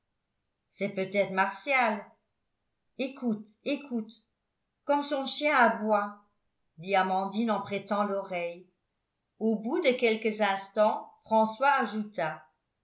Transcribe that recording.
c'est peut-être martial écoute écoute comme son chien aboie dit amandine en prêtant l'oreille au bout de quelques instants françois ajouta